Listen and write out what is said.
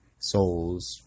Souls